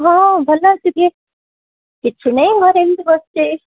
ହଁ ହଁ ଭଲ ଅଛି କି କିଛି ନାହିଁ ଘରେ ଏମିତି ବସିଛି